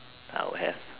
I'll have